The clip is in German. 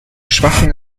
schwachem